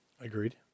Agreed